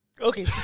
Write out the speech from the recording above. Okay